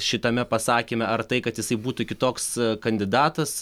šitame pasakyme ar tai kad jisai būtų kitoks kandidatas